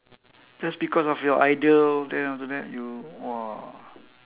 just because of your idol then after that you !wah!